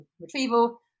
retrieval